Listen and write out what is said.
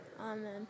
Amen